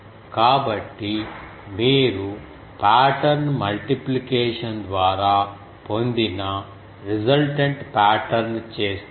కాబట్టి మీరు pattern multiplication ద్వారా పొందిన రిజల్ట్టెంట్ పాటర్న్ చేస్తే